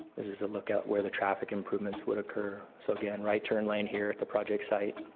this is a look at where the traffic improvements would occur. so again, right turn lane here at the project site.